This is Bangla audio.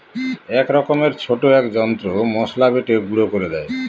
এক রকমের ছোট এক যন্ত্র মসলা বেটে গুঁড়ো করে দেয়